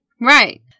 Right